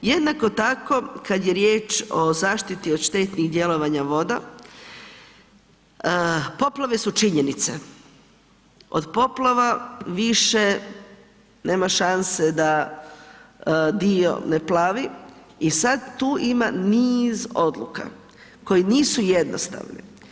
Jednako tako kad je riječ o zaštiti od štetnih djelovanja voda, poplave su činjenice, od poplava više nema šanse da dio ne plavi i sad tu ima niz odluka koje nisu jednostavne.